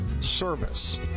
Service